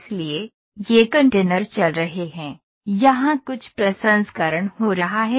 इसलिए ये कंटेनर चल रहे हैं यहां कुछ प्रसंस्करण हो रहा है